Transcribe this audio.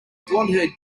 blondhaired